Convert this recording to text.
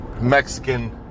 Mexican